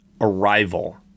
Arrival